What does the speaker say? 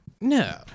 No